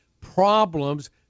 problems